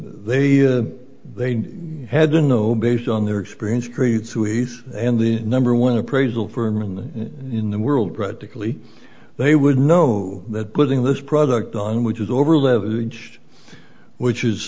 they have they had to know based on their experience creeds who he's and the number one appraisal firm and in the world radically they would know that putting this product on which is over leveraged which is